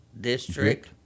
district